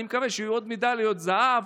אני מקווה שיהיו עוד מדליות זהב,